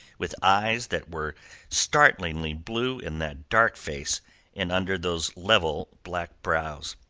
with eyes that were startlingly blue in that dark face and under those level black brows.